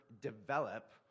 develop